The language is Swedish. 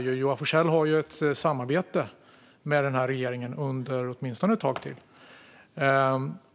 Joar Forssells parti har ju ett samarbete med den här regeringen åtminstone ett tag till.